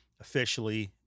officially